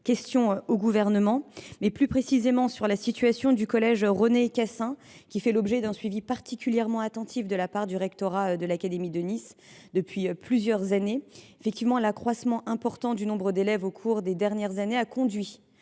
d’actualité au Gouvernement. Plus précisément, la situation du collège René-Cassin fait l’objet d’un suivi particulièrement attentif de la part du rectorat de l’académie de Nice depuis plusieurs années. L’accroissement important du nombre d’élèves au cours des dernières années a conduit